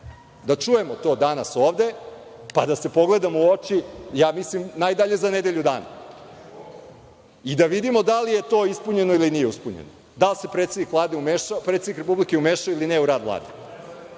Da čujemo to danas ovde, pa da se pogledamo u oči, ja mislim, najdalje za nedelju dana i da vidimo da li je to ispunjeno ili nije ispunjeno, da li se predsednik Republike umešao ili ne u rad Vlade?